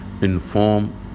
inform